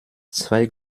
zwei